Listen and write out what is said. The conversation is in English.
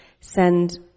send